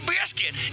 Biscuit